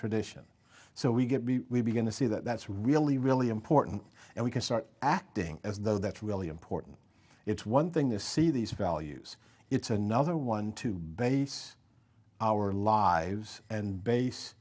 tradition so we get we begin to see that that's really really important and we can start acting as though that's really important it's one thing the see these values it's another one to base our lives and base